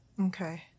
Okay